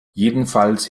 jedenfalls